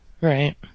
Right